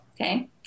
Okay